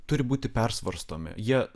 turi būti persvarstomi jie